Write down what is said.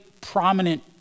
prominent